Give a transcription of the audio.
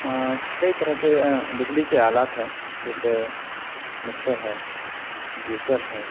کئی طرح کے بجلی کے آلات ہیں جیسے مکسر ہے جوسر ہے